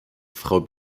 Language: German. frau